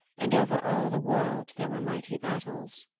and over all the world there were mighty battles.